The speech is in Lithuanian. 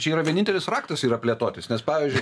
čia yra vienintelis raktas yra plėtotis nes pavyzdžiui